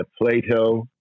Plato